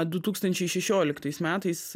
du tūkstančiai šešioliktais metais